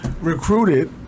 recruited